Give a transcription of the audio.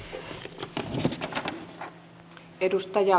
arvoisa puhemies